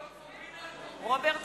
נגד רוברט אילטוב,